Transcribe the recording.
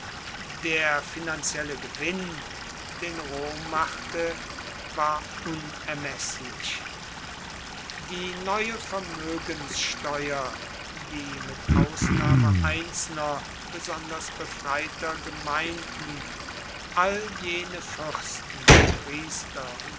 der finanzielle gewinn den rom machte war unermeßlich die neue vermögenssteuer die mit ausnahme einzelner besonders befreiter gemeinden all jene fürsten priester und